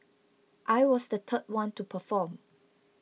I was the third one to perform